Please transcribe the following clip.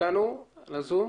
מועצה אזורית,